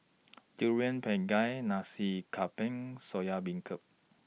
Durian Pengat Nasi Campur Soya Beancurd